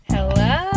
Hello